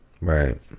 right